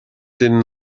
den